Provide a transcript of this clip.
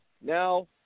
Now